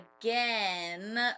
again